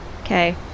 Okay